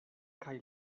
kaj